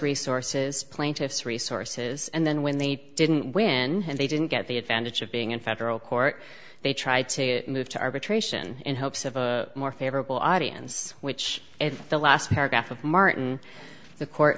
resources plaintiff's resources and then when they didn't win and they didn't get the advantage of being in federal court they tried to move to arbitration in hopes of a more favorable audience which is the last paragraph of martin the court